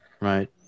right